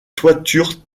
toiture